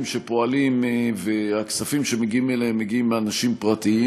שפועלים והכספים שמגיעים אליהם מגיעים מאנשים פרטיים